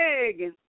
big